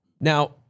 Now